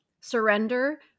surrender